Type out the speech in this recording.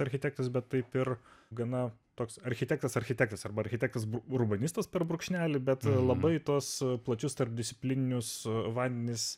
architektas bet taip ir gana toks architektas architektas arba architektas urbanistas per brūkšnelį bet labai tuos plačius tarpdisciplininius vandenis